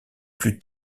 plus